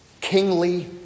Kingly